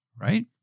right